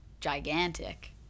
gigantic